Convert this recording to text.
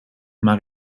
maar